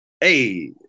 hey